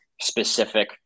specific